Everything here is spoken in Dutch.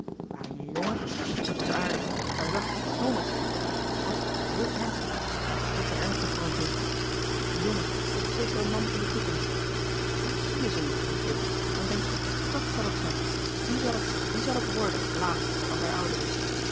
in je jongen dat was aardig daar zag ik iets zonnigs in en toch was hij heel ernstig veel te ernstig voor een kind je jongen dat is zeker een man van de toekomst soms zie je zoo iets in een kind dan denk je dàt zal het zijn die zal het zijn die zal het worden later als hij ouder is